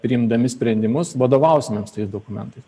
priimdami sprendimus vadovausimės tais dokumentais